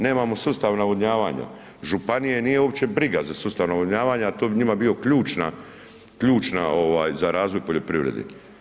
Nemamo sustav navodnjavanja, županije nije uopće briga za sustav navodnjavanja, a to bi njima bio ključna, ključna ovaj za razvoj poljoprivrede.